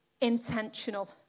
intentional